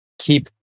Keep